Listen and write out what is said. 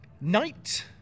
Night